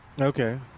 Okay